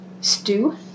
stew